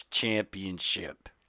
championship